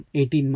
18